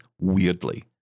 weirdly